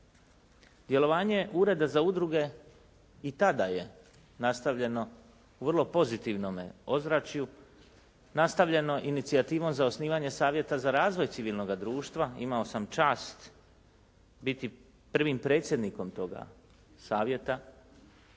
Djelovanje Ureda za udruge i tada je nastavljeno u vrlo pozitivnom ozračju, nastavljeno inicijativom za osnivanje savjeta za razvoj civilnoga društva. Imao sam čast biti prvim predsjednikom toga savjeta